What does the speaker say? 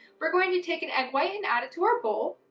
we're going to take an egg white and add it to our bowl.